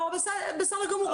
בסדר גמור,